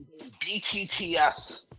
BTTS